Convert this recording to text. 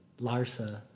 Larsa